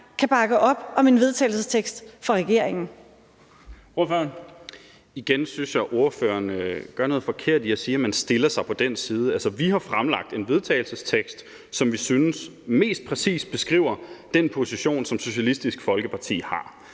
Kl. 12:22 Carl Valentin (SF): Igen synes jeg, at spørgeren gør noget forkert ved at sige, at man stiller sig på den side. Altså, vi har fremsat et forslag til vedtagelse, som vi synes mest præcist beskriver den position, som Socialistisk Folkeparti har.